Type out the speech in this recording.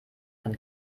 von